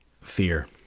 fear